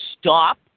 stop